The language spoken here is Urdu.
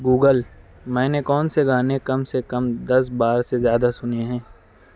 گوگل میں نے کون سے گانے کم سے کم دس بار سے زیادہ سنے ہیں